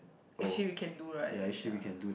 actually we can do right ya